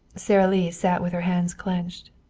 sara lee sat with her hands clenched.